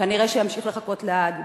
כנראה שהוא ימשיך לחכות לעד.